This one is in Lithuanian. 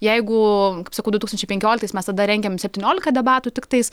jeigu sakau du tūkstančiai penkioliktais mes tada rengėm septyniolika debatų tiktais